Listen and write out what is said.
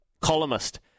columnist